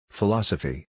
Philosophy